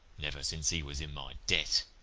never since he was in my debt.